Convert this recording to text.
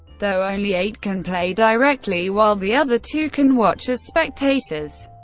though only eight can play directly while the other two can watch as spectators.